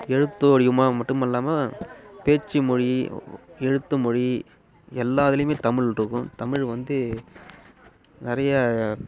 எழுத்து வடிவமாக மட்டுமல்லாமல் பேச்சு மொழி எழுத்து மொழி எல்லாத்திலயுமே தமிழ் இருக்கும் தமிழ் வந்து நிறைய